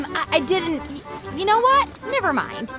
and i didn't you know what? never mind.